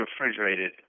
refrigerated